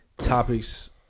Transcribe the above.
topics